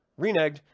Reneged